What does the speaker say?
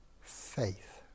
faith